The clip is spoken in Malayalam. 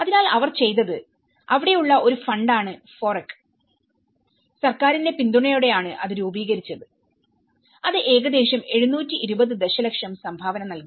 അതിനാൽ അവർ ചെയ്തത്അവിടെയുള്ള ഒരു ഫണ്ടാണ് FOREC സർക്കാരിന്റെ പിന്തുണയോടെയാണ് അത് രൂപീകരിച്ചത്അത് ഏകദേശം 720 ദശലക്ഷം സംഭാവന നൽകി